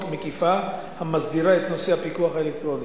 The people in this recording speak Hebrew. מקיפה המסדירה את נושא הפיקוח האלקטרוני.